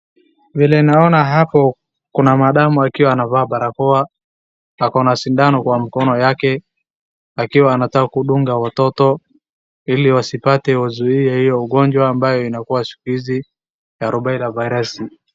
Vile naona hapo kuna madam akiwa anavaa barakoa. Ako na sindano kwa mkono yake akiwa anataka kudunga watoto ili wasipate wazuie hiyo ugonjwa ambayo inakuwa siku hizi ya rubela virus .